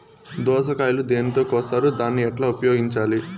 దోస కాయలు దేనితో కోస్తారు దాన్ని ఎట్లా ఉపయోగించాలి?